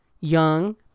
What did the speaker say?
young